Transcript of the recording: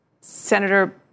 Senator